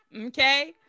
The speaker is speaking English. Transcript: okay